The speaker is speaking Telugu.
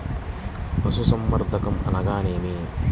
పశుసంవర్ధకం అనగా ఏమి?